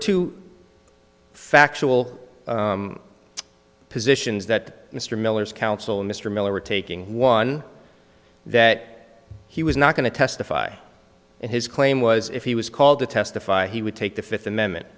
two factual positions that mr miller's counsel mr miller were taking one that he was not going to testify and his claim was if he was called to testify he would take the fifth amendment